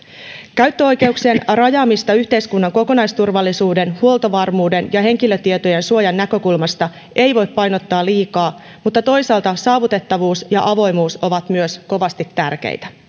käyttöoikeuksien rajaamista yhteiskunnan kokonaisturvallisuuden huoltovarmuuden ja henkilötietojen suojan näkökulmasta ei voi painottaa liikaa mutta toisaalta saavutettavuus ja avoimuus ovat myös kovasti tärkeitä